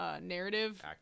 narrative